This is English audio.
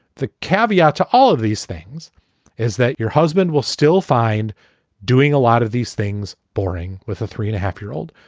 the caveat to all of these things is that your husband will still find doing a lot of these things boring with a three and a half year old,